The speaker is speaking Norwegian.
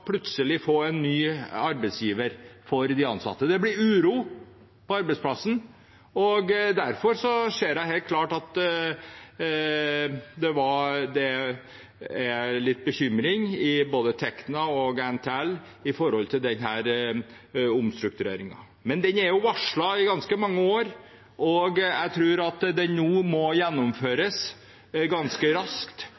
for de ansatte plutselig å få en ny arbeidsgiver. Det blir uro på arbeidsplassen. Derfor ser jeg helt klart at det er litt bekymring i både Tekna og NTL for denne omstruktureringen. Men den er varslet i ganske mange år, og jeg tror at den nå må